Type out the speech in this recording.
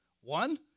One